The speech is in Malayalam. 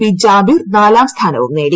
പി ജാബിർ നാലാം സ്ഥാനവും നേടി